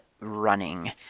running